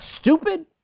stupid